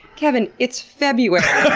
kevin, it's february.